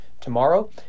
tomorrow